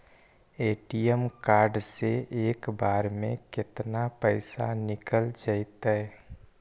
ATM card से एक बार में केतना पैसा निकल जइतै?